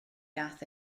gaeth